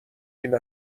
این